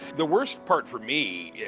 the worst part, for me, yeah